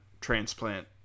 transplant